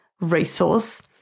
resource